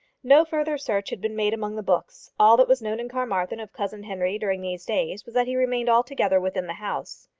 no further search had been made among the books. all that was known in carmarthen of cousin henry during these days was that he remained altogether within the house.